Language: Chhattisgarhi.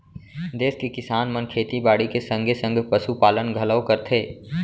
देस के किसान मन खेती बाड़ी के संगे संग पसु पालन घलौ करथे